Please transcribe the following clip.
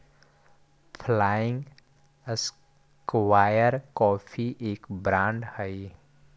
flying square coffee का एक brand हई